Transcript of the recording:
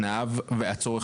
תנאיו והצורך